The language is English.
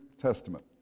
Testament